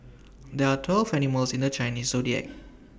there are twelve animals in the Chinese Zodiac